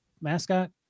mascot